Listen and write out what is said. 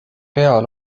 pea